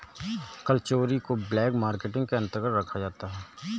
कर चोरी को भी ब्लैक मार्केटिंग के अंतर्गत रखा जाता है